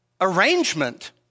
arrangement